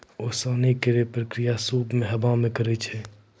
ओसौनी केरो प्रक्रिया सूप सें हवा मे करै छै